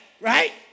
right